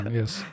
yes